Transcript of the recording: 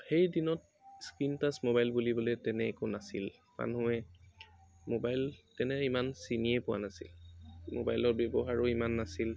সেই দিনত screen touch mobile বুলিবলৈ তেনে একো নাছিল মানুহে মোবাইল তেনে ইমান চিনিয়ে পোৱা নাছিল মোবাইলৰ ব্যৱহাৰো ইমান নাছিল